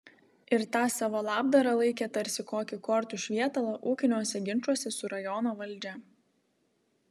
ir tą savo labdarą laikė tarsi kokį kortų švietalą ūkiniuose ginčuose su rajono valdžia